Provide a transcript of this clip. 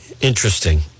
interesting